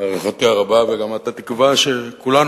הערכתי הרבה וגם את התקווה שכולנו,